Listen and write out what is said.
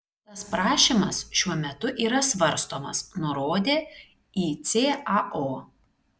tas prašymas šiuo metu yra svarstomas nurodė icao